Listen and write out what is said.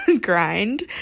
grind